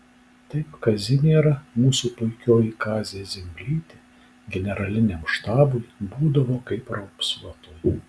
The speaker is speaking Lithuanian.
taip kazimiera mūsų puikioji kazė zimblytė generaliniam štabui būdavo kaip raupsuotoji